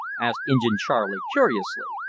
asked injin charley curiously.